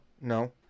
No